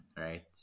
right